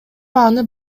аны